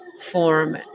form